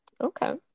Okay